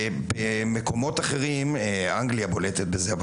במקומות אחרים אנגליה בולטת בזה,